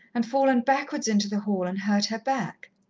and fallen backwards into the hall and hurt her back.